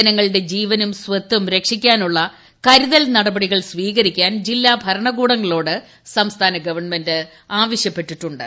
ജനങ്ങളുടെ ജീവനും സ്വത്തും സംരക്ഷിക്കാനുള്ള കരുതൽ നടപടികൾ സ്വീകരിക്കാൻ ജില്ലാ ഭരണകൂടുങ്ങളോട് സംസ്ഥാന ഗവൺമെന്റ് ആവശ്യപ്പെട്ടിട്ടു ്